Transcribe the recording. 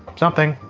something,